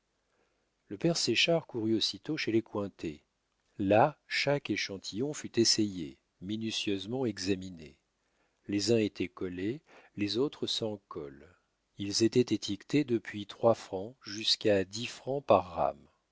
le père séchard courut aussitôt chez les cointet là chaque échantillon fut essayé minutieusement examiné les uns étaient collés les autres sans colle ils étaient étiquetés depuis trois francs jusqu'à dix francs par